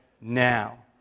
now